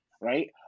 Right